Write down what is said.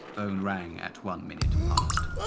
phone rang at one minute past.